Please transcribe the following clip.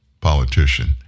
politician